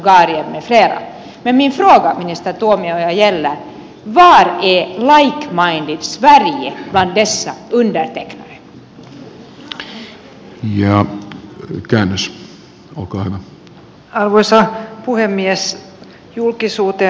jag tycker att det är ett utmärkt berömvärt initiativ vi vet att det finns problem i ungern bulgarien med flera